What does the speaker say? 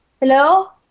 hello